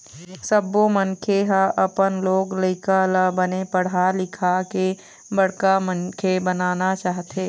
सब्बो मनखे ह अपन लोग लइका ल बने पढ़ा लिखा के बड़का मनखे बनाना चाहथे